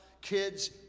kids